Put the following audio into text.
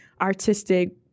artistic